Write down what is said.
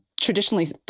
traditionally